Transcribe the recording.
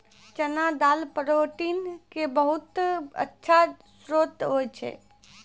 चना दाल प्रोटीन के बहुत अच्छा श्रोत होय छै